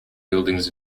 buildings